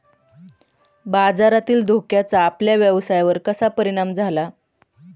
बाजारातील धोक्याचा आपल्या व्यवसायावर कसा परिणाम झाला?